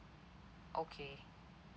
okay